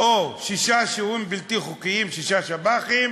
או שישה שוהים בלתי חוקיים, שישה שב"חים,